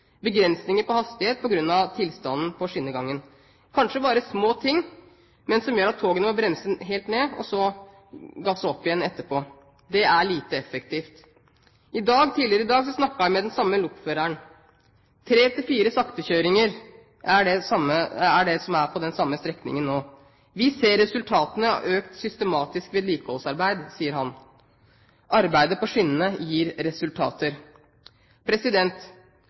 begrensninger på hastighet på grunn av tilstanden på skinnegangen – kanskje bare små ting, men det gjør at toget må bremse helt ned og så gasse opp igjen etterpå. Det er lite effektivt. Tidligere i dag snakket jeg med den samme lokføreren. Tre–fire saktekjøringer er det på den samme strekningen nå. Vi ser resultatene av økt systematisk vedlikeholdsarbeid, sier han. Arbeidet på skinnene gir resultater.